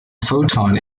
photon